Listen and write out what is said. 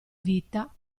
vita